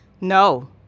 No